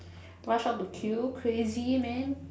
rush off to queue crazy man